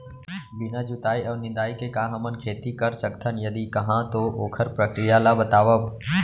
बिना जुताई अऊ निंदाई के का हमन खेती कर सकथन, यदि कहाँ तो ओखर प्रक्रिया ला बतावव?